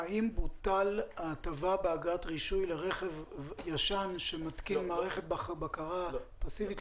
האם בוטלה ההטבה באגרת הרישוי לרכב ישן שמתקין מערכת בקרה פסיבית?